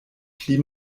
pli